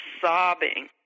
sobbing